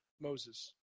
Moses